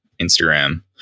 Instagram